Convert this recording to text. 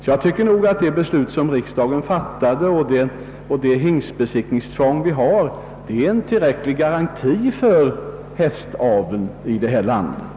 Jag tycker att det av riksdagen fattade beslutet och vårt hingstbesiktningstvång är tillräcklig garanti för hästaveln i landet.